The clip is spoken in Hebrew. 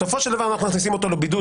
בסופו של דבר אנחנו מכניסים אותו לבידוד